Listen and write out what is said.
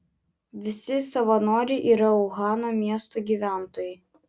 visi savanoriai yra uhano miesto gyventojai